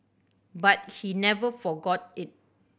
but he never forgot it